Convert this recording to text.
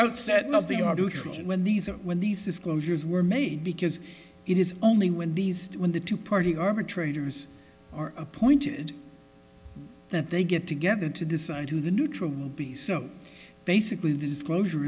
outset not the how to treat when these or when these disclosures were made because it is only when these when the two party arbitrators are appointed that they get together to decide who the neutral will be so basically the disclosure